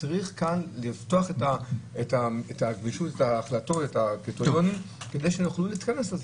וצריך לפתוח את ההחלטות כדי שיוכלו להתכנס לזה.